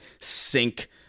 sync